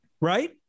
right